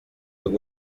look